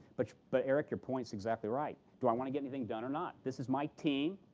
but but, eric, your point's exactly right. do i want to get anything done or not? this is my team.